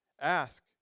Ask